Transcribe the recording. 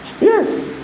Yes